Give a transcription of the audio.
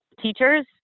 teachers